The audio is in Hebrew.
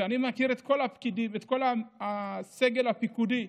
ואני מכיר את כל הסגל הפיקודי,